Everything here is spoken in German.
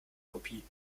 kopie